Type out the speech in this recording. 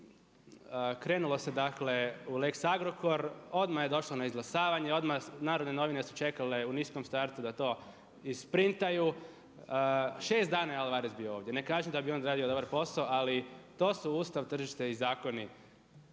Krenulo se dakle u lex Agrokor, odmah je došlo na izglasavanje, odmah Narodne novine su čekale u niskom startu da to isprintaju. 6 dana je Alvarez bio ovdje. Ne kažem da bi on odradio dobar posao, ali to su ustav, tržište i zakoni,